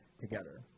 together